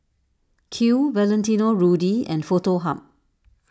Qoo Valentino Rudy and Foto Hub